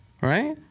Right